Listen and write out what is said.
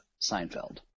Seinfeld